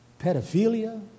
pedophilia